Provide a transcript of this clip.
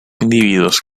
individuos